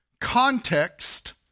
Context